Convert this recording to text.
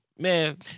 Man